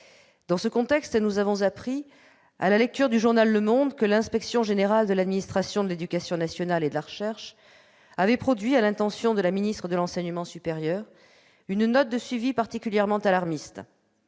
Dans ce contexte, nous avons appris à la lecture du journal que l'Inspection générale de l'administration de l'éducation nationale et de la recherche avait produit, à l'intention de la ministre de l'enseignement supérieur, une note de suivi particulièrement alarmiste.